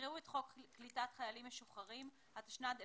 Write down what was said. יקראו את חוק קליטת חיילים משוחררים, התשנ"ד-1994,